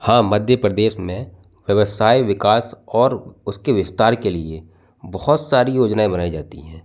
हाँ मध्य प्रदेश में व्यवसाय विकास और उसकी विस्तार के लिए बहुत सारी योजनाएं बनाई जाती हैं